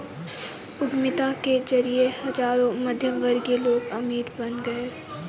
उद्यमिता के जरिए हजारों मध्यमवर्गीय लोग अमीर बन गए